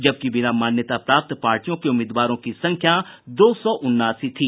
जबकि बिना मान्यता प्राप्त पार्टियों के उम्मीदवारों की संख्या दो सौ उनासी थी